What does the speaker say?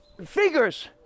figures